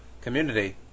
community